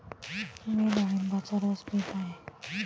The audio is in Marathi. मी डाळिंबाचा रस पीत आहे